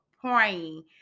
praying